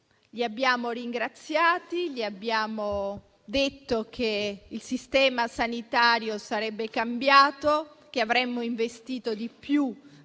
Li abbiamo ringraziati e detto loro che il sistema sanitario sarebbe cambiato, che avremmo investito di più